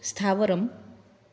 स्थावरम्